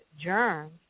germs